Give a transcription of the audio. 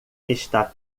está